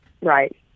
Right